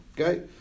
Okay